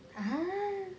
!huh!